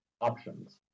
Options